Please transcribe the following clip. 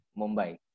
Mumbai